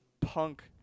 punk